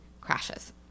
crashes